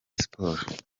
sports